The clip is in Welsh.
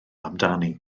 amdani